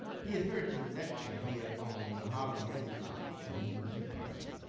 he had heard me lecture here on the harlem renaissance and he was impressed.